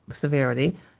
severity